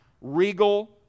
Regal